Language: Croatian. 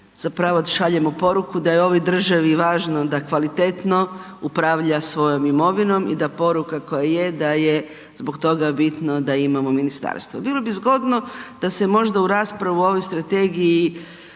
zapravo šaljemo poruku da je ovoj državi važno da kvalitetno upravlja svojom imovinom i da poruka koja je da je zbog toga bitno da imamo ministarstvo. Bilo bi zgodno da se možda u raspravu o ovoj strategiji